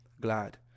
glad